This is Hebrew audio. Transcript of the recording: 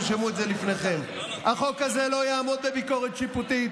תרשמו את זה לפניכם: החוק הזה לא יעמוד בביקורת שיפוטית.